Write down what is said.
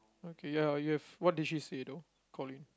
okay ya you have what did she say though Coleen